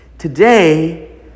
Today